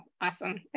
awesome